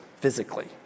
physically